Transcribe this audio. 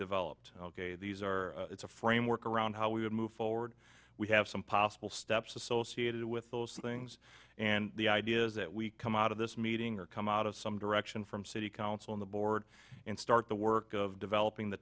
developed these are it's a framework around how we would move forward we have some possible steps associated with those things and the ideas that we come out of this meeting or come out of some direction from city council on the board and start the work of developing the